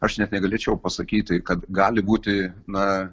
aš net negalėčiau pasakyti kad gali būti na